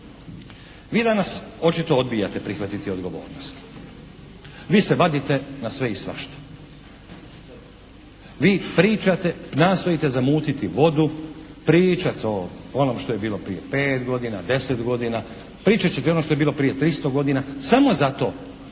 Vi danas očito odbijate prihvatiti odgovornost, vi se vadite na sve i svašta. Vi pričate, nastojite zamutiti vodu, pričati o onome što je bilo prije pet godina, deset godina, pričati ćete i o onome što je bilo prije 300 godina samo zato da